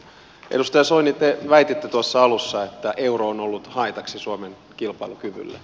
edustaja soini te väititte tuossa alussa että euro on ollut haitaksi suomen kilpailukyvylle